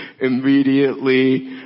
immediately